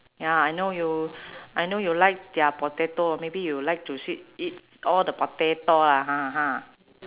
ya I know you I know you like their potato maybe you like to sweet eat all the potato lah ha ha